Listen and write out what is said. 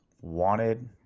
wanted